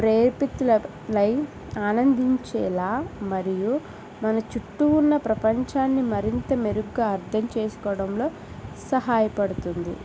ప్రేరేపితులనై ఆనందించేలా మరియు మన చుట్టూ ఉన్న ప్రపంచాన్ని మరింత మెరుగ్గా అర్థం చేసుకోవడంలో సహాయపడుతుంది